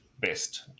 best